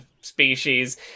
species